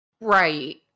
right